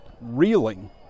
reeling